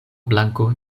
blanko